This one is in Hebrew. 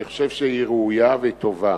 אני חושב שהיא ראויה וטובה.